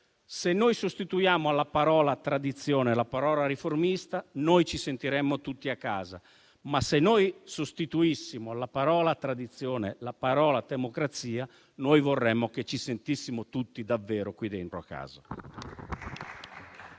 Se sostituiamo alla parola "tradizione" la parola "riformista", ci sentiremo tutti a casa; ma, se noi sostituissimo alla parola "tradizione" la parola "democrazia", noi vorremmo che ci sentissimo tutti davvero qui dentro a casa.